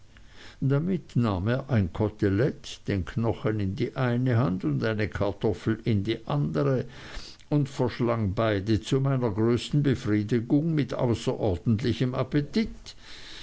damit nahm er ein kotelett den knochen in die eine hand und eine kartoffel in die andere und verschlang beide zu meiner größten befriedigung mit außerordentlichem appetit